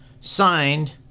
signed